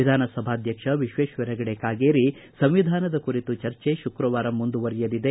ವಿಧಾನಸಭಾಧ್ಯಕ್ಷ ವಿಶ್ವೇಶ್ವರ ಹೆಗಡೆ ಕಾಗೇರಿ ಸಂವಿಧಾನದ ಕುರಿತು ಚರ್ಚೆ ಶುಕ್ರವಾರ ಮುಂದುವರೆಯಲಿದೆ